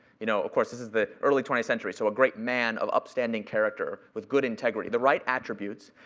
you know of course, this is the early twentieth century. so a great man of upstanding character with good integrity, the right attributes,